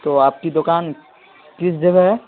تو آپ کی دکان کس جگہ ہے